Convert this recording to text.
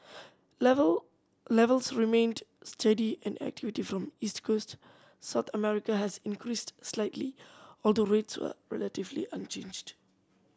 level levels remained steady and activity from East Coast South America has increased slightly although rates were relatively unchanged